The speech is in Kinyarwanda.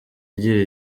igira